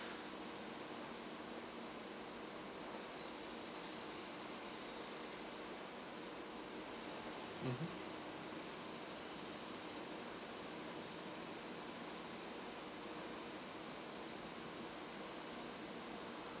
mmhmm